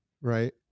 right